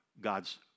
God's